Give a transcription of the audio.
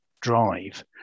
drive